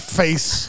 face